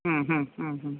ഉം ഹ് ഉം ഹ്